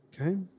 Okay